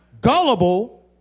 Gullible